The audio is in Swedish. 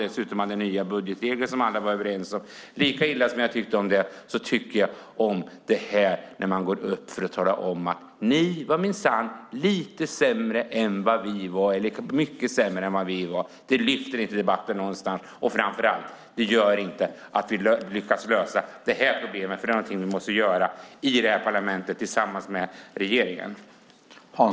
Dessutom hade man ju nya budgetregler, som alla var överens om. Lika illa som jag tyckte om det tycker jag om när man nu går upp bara för att säga: Ni var minsann mycket sämre än vad vi var! Det lyfter inte debatten någonstans, och framför allt gör det inte att vi lyckas lösa detta problem för det är någonting som vi måste göra i detta parlament tillsammans med regeringen.